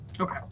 Okay